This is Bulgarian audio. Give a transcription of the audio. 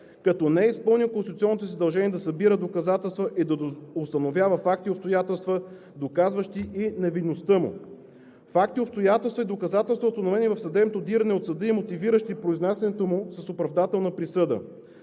като не е изпълнил конституционното си задължение: да събира доказателства и да установява факти и обстоятелства, доказващи и невинността му; факти, обстоятелства и доказателства, установени в съдебното дирене от съда и мотивиращи произнасянето му с оправдателна присъда;